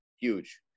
Huge